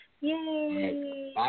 Yay